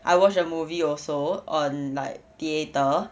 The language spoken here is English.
I watched the movie also on like theatre